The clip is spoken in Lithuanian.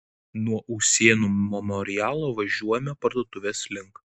nuo usėnų memorialo važiuojame parduotuvės link